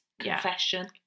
confession